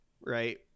right